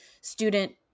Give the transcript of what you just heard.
student